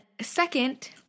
second